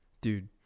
Dude